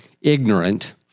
Ignorant